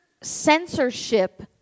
censorship